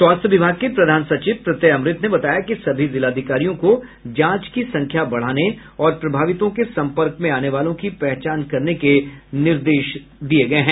स्वास्थ्य विभाग के प्रधान सचिव प्रत्यय अमृत ने बताया कि सभी जिलाधिकारियों को जांच की संख्या बढ़ाने और प्रभावितों के संपर्क में आने वालों की पहचान करने के निर्देश दिये गये हैं